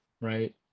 Right